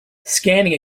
scanning